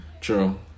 True